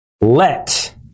let